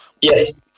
Yes